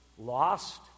lost